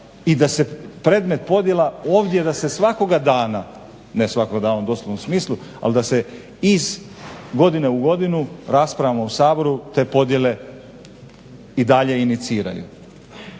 i da se predmet podjela da se svakoga dana, ne svakog dana u doslovnom smislu, ali da se iz godine u godinu raspravljamo u Saboru te podjele i dalje iniciraju.